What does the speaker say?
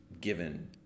given